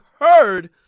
heard